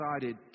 decided